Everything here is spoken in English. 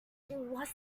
was